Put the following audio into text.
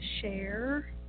share